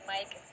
Mike